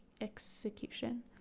execution